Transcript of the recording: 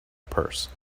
purse